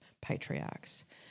patriarchs